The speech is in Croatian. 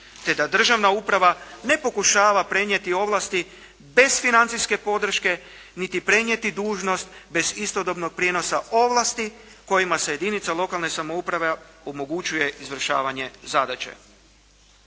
te da državna uprava ne pokušava prenijeti ovlasti, test financijske podrške, niti prenijeti dužnost bez istodobnog prijenosa ovlasti kojima se jedinici lokalne samouprave omogućuje izvršavanje zadaće.